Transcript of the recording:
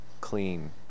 clean